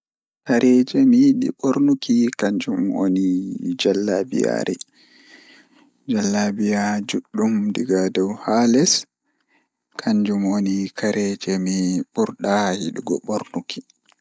Mi faala mi waɗata cuɗɗi waɗi ngoodi waɗata huccitaare e hoore, ko ɗi waɗataa leydi e miɗo yiɗi. Ko waɗiima ɗi waɗata teelte e njogoto am, ɗoo waɗiima cuɗɗi maɓɓe ɗi waɗata no nduɗi heen e huutoraade ngam mi waɗata yamiraaji e nde